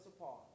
apart